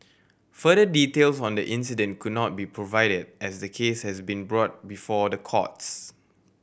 further details on the incident could not be provided as the case has been brought before the courts